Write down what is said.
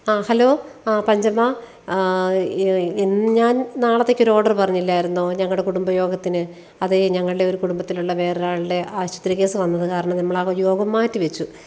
ആ ഹലോ അ പഞ്ചമാ ഇന്ന് ഞാൻ നാളത്തേക്ക് ഒരു ഓർഡർ പറഞ്ഞില്ലായിരുന്നോ ഞങ്ങളുടെ കുടുംബയോഗത്തിന് അതേ ഞങ്ങളുടെ ഒരു കുടുംബത്തിലുള്ള വേറൊരാളുടെ ആശുപത്രി കേസ് വന്നത് കാരണം നമ്മൾ ആ യോഗം മാറ്റിവെച്ചു